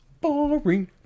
boring